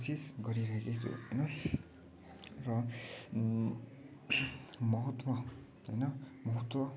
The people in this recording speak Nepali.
कोसिस गरिराखेको छु होइन र महत्व होइन महत्व